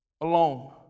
alone